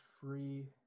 free